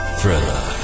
Thriller